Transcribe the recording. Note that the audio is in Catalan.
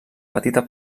petita